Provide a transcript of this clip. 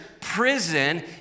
prison